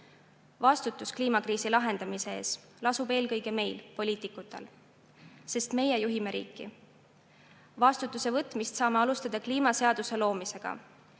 Vastutus kliimakriisi lahendamise eest lasub eelkõige meil, poliitikutel, sest meie juhime riiki. Vastutamist saame alustada kliimaseaduse loomisega.